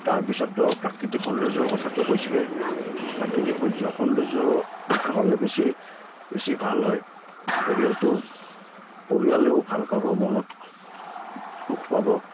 তাৰপিছত প্ৰাকৃতিক সৌন্দৰ্যৰ কথাটো কৈছোৱে প্ৰাকৃতিক সৌন্দৰ্য হ'লে বেছি বেছি ভাল হয় পৰিয়ালটো পৰিয়ালেও ভাল পাব মনত সুখ পাব